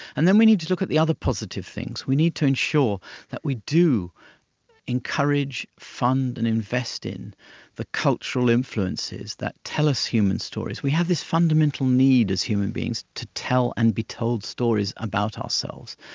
and then we need to look at the other positive things, we need to ensure that we do encourage, fund and invest in the cultural influences that tell us human stories. we have this fundamental need as human beings to tell and be told stories about ourselves,